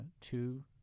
two